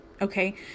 Okay